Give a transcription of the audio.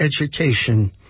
education